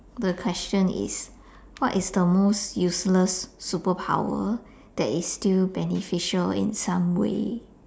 the question is what is the most useless superpower that is still beneficial in some way